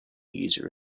user